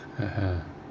(uh huh)